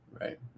Right